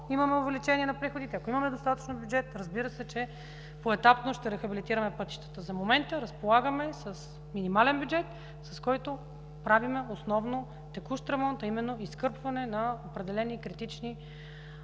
имаме увеличение на приходите, ако имаме достатъчно бюджет, разбира се, че поетапно ще рехабилитираме пътищата. За момента разполагаме с минимален бюджет, с който правим основно текущ ремонт, а именно изкърпване на определени критични